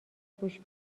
گوش